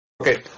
Okay